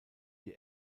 die